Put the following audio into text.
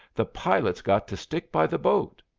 the pilot's got to stick by the boat.